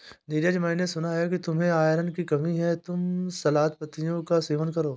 नीरज मैंने सुना कि तुम्हें आयरन की कमी है तुम सलाद पत्तियों का सेवन करो